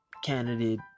candidate